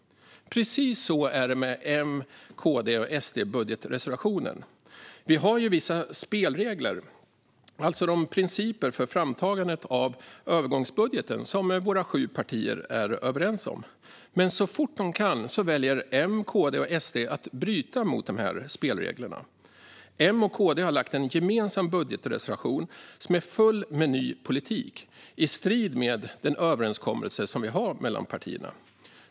Precis så är det med MKD-SD-budgetreservationen. Vi har ju vissa spelregler, alltså principer för framtagandet av övergångsbudgeten, som våra sju partier är överens om. Så fort de kan väljer dock M, KD och SD att bryta mot de här spelreglerna. M och KD har lämnat en gemensam budgetreservation som är full med ny politik - i strid med den överenskommelse vi har mellan partierna.